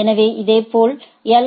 எனவே இதேபோல் எல்